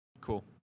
Cool